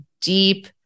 deep